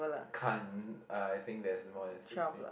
can't I think there's more than six